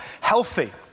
healthy